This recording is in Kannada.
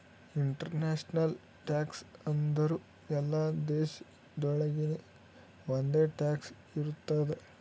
ಇಂಟರ್ನ್ಯಾಷನಲ್ ಟ್ಯಾಕ್ಸ್ ಅಂದುರ್ ಎಲ್ಲಾ ದೇಶಾಗೊಳಿಗ್ ಒಂದೆ ಟ್ಯಾಕ್ಸ್ ಇರ್ತುದ್